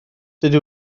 dydw